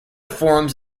forums